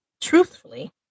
truthfully